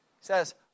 says